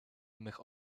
mych